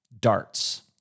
Darts